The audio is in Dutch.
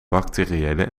bacteriële